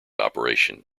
operation